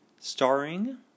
Starring